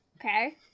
Okay